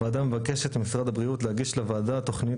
הוועדה מבקשת ממשרד הבריאות להגיש לוועדה תוכנית